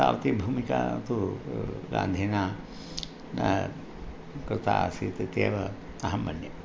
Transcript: तावती भूमिका तु गान्धिना न कृता आसीत् इत्येव अहं मन्ये